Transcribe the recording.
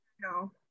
no